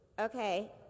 okay